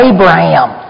Abraham